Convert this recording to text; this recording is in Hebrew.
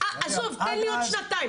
עזוב, תן לי עוד שנתיים.